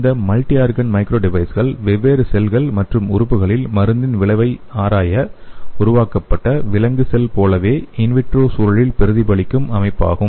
இந்த multi organ micro டிவைஸ்கள் வெவ்வேறு செல்கள் மற்றும் உறுப்புகளில் மருந்தின் விளைவைப் ஆராய உருவாக்கப்பட்ட விலங்கு செல் போலவே இன் விட்ரோ சூழலில் பிரதிபலிக்கும் அமைப்பாகும்